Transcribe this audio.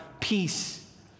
peace